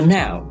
now